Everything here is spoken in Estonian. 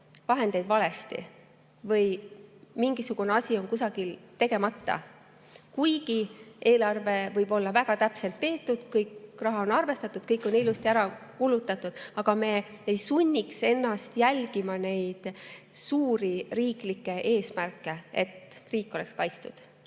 vahendeid valesti või et mingisugune asi on kusagil tegemata. Kuigi eelarve võib olla väga täpselt peetud, kõik raha on arvestatud, kõik on ilusti ära kulutatud, aga me ei sunniks ennast jälgima neid suuri riiklikke eesmärke, et riik oleks kaitstud.